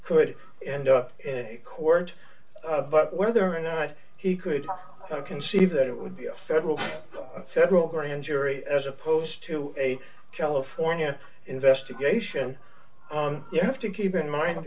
could end up in court but whether or not he could conceive that it would be a federal a federal grand jury as opposed to a california investigation on you have to keep in mind